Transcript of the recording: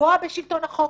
לפגוע בשלטון החוק,